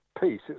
peace